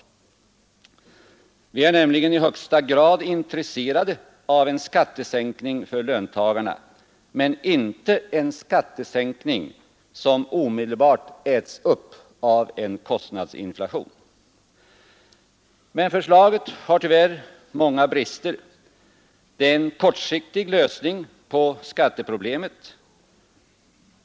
Vi är nämligen i högsta grad intresserade av en skattesänkning för löntagarna, men inte en skattesänkning som omedelbart äts upp av en kostnadsinflation. Men förslaget har tyvärr många brister. Det är en kortsiktig lösning på skatteproblemet.